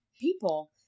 people